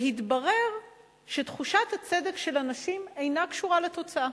והתברר שתחושת הצדק של אנשים אינה קשורה לתוצאה,